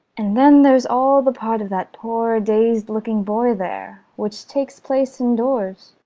and then there's all the part of that poor dazed-looking boy there which takes place indoors.